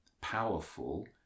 powerful